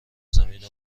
زمین